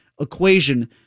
equation